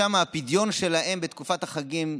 הפדיון של העסקים שם בתקופת החגים,